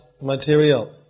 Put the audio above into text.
material